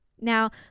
Now